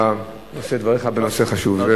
אתה נושא את דבריך בנושא חשוב.